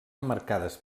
emmarcades